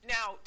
Now